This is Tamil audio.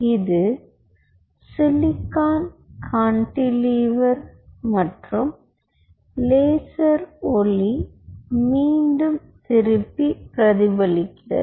இது சிலிக்கான் கான்டிலீவர் மற்றும் லேசர் ஒளி மீண்டும் திரும்பி பிரதிபலிக்கிறது